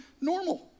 normal